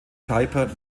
piper